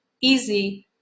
easy